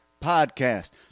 podcast